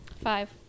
Five